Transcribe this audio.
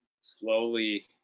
slowly